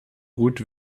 gut